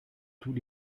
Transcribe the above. tous